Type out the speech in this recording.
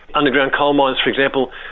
underground coalmines for example,